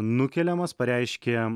nukeliamas pareiškė